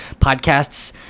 podcasts